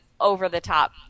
over-the-top